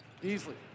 Beasley